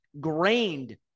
grained